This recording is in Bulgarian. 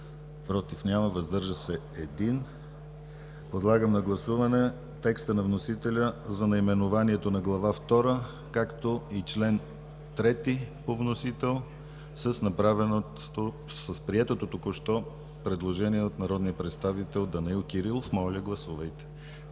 против няма, въздържал се 1. Подлагам на гласуване текста на вносителя за наименованието на Глава втора, както и чл. 3 по вносител с приетото току-що предложение от народния представител Данаил Кирилов. Всичките